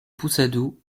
pousadou